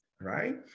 Right